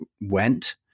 went